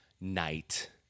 night